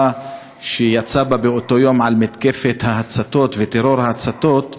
שיצא בה באותו יום על מתקפת ההצתות וטרור ההצתות.